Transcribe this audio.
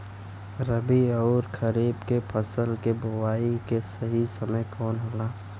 रबी अउर खरीफ के फसल के बोआई के सही समय कवन होला?